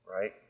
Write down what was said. Right